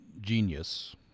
genius